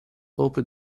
open